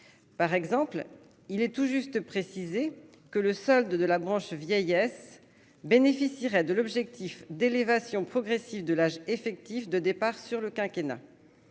par exemple, il est tout juste préciser que le solde de la branche vieillesse, bénéficieraient de l'objectif d'élévation progressive de l'âge effectif de départ sur le quinquennat